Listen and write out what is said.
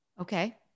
Okay